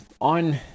on